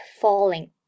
falling